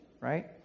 Right